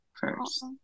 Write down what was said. first